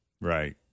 right